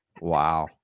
wow